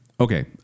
Okay